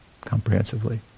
comprehensively